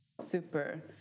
super